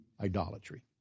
idolatry